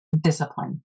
discipline